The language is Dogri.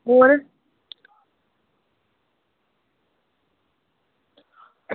होर